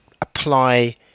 apply